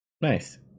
Nice